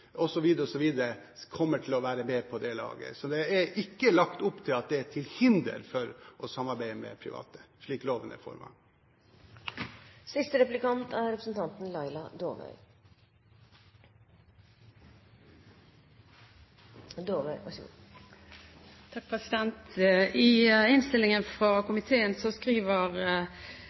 helseinstitutter osv. kommer til å være med på det laget. Så det er ikke lagt opp til at det er til hinder for å samarbeide med private, slik loven er utformet. I innstillingen fra komiteen skriver